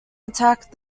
attack